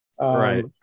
Right